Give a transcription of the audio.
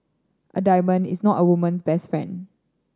a diamond is not a woman's best friend